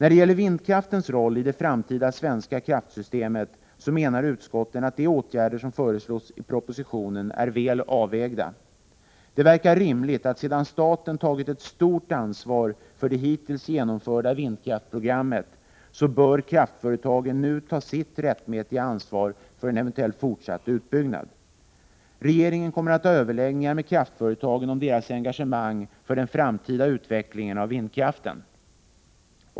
Beträffande vindkraftens roll i det framtida svenska kraftsystemet menar utskottet att de åtgärder som föreslås i propositionen är väl avvägda. Det verkar vara rimligt att kraftföretagen, efter det att staten tagit ett stort ansvar för det hittills genomförda vindkraftsprogrammet, nu bör ta sitt rättmätiga ansvar för en eventuell fortsatt utbyggnad. Regeringen kommer att ha överläggningar med kraftföretagen om deras engagemang för den framtida utvecklingen av vindkraften.